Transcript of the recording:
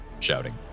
Shouting